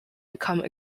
become